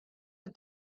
the